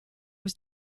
was